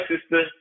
Sister